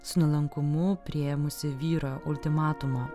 su nuolankumu priėmusi vyro ultimatumą